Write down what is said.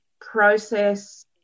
process